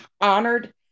honored